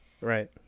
Right